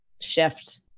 shift